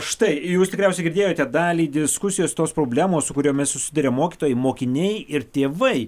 štai jūs tikriausiai girdėjote dalį diskusijos tos problemos su kuriomis susiduria mokytojai mokiniai ir tėvai